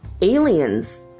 aliens